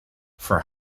for